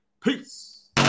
Peace